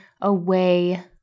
away